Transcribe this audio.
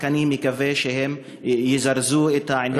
אני רק מקווה שהם יזרזו את העניינים שם.